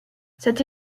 cette